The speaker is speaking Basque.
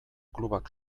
klubak